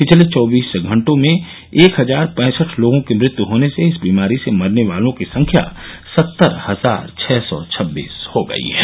पिछले चौबीस घंटों में एक हजार पैंसठ लोगों की मृत्यू होने से इस बीमारी से मरने वालों की संख्या सत्तर हजार छः सौ छब्बीस हो गई है